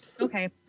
Okay